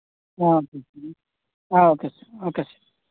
okay okay sir okay sir